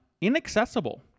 inaccessible